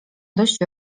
dość